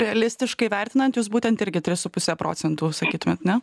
realistiškai vertinant jūs būtent irgi tris su puse procentų sakytumėt ne